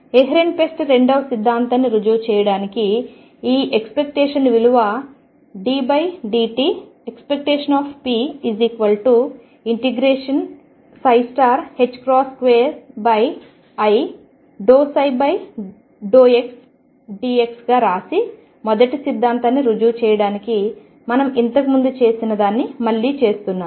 Ehrenfest రెండవ సిద్ధాంతాన్ని రుజువు చేయడానికి ఈ ఎక్స్పెక్టేషన్ విలువ ddt⟨p⟩ i ∂ψ∂xdx గా వ్రాసి మొదటి సిద్ధాంతాన్ని రుజువు చేయడానికి మనం ఇంతకు ముందు చేసినదానిని మళ్లీ చేస్తున్నాను